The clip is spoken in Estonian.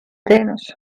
teenus